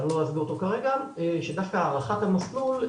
שאנחנו לא ניכנס אליהן כרגע; ופעילויות למצבי חירום.